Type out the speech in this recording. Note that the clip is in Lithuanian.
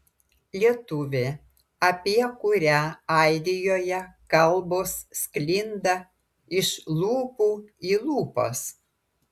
lietuvė apie kurią airijoje kalbos sklinda iš lūpų į lūpas